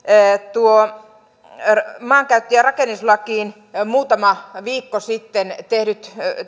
maankäyttö ja rakennuslakiin muutama viikko sitten tehdyt